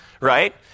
right